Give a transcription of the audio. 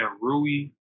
Rui